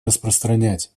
распространять